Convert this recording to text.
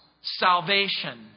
salvation